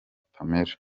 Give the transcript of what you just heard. pamela